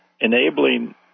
enabling